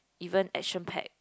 even action pack